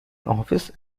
office